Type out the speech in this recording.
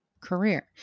career